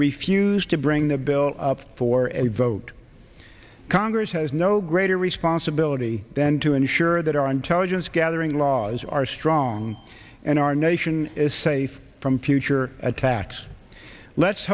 refused to bring the bill up for a vote congress has no greater responsibility than to ensure that our intelligence gathering laws are strong and our nation is safe from future attacks let's